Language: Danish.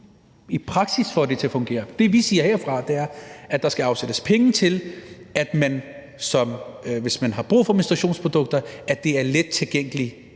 i praksis får det til at fungere. Det, vi siger herfra, er, at der skal afsættes penge til det, så det, hvis man har brug for menstruationsprodukter, bliver let tilgængeligt